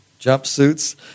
jumpsuits